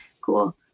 cool